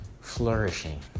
flourishing